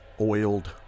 oiled